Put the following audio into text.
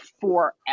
forever